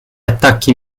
attacchi